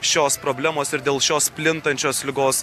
šios problemos ir dėl šios plintančios ligos